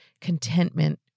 contentment